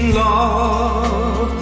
love